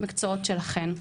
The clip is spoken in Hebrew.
המקצועות שלכן.